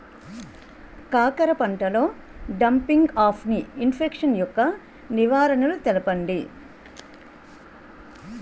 కాకర పంటలో డంపింగ్ఆఫ్ని ఇన్ఫెక్షన్ యెక్క నివారణలు తెలపండి?